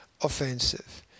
offensive